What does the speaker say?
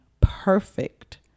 perfect